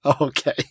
Okay